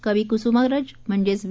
कवी कुसुमाग्रज म्हणजेच वि